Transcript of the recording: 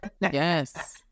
yes